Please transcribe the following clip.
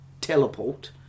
teleport